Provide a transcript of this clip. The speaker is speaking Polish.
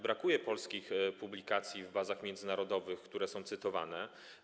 Brakuje polskich publikacji w bazach międzynarodowych, które są cytowane.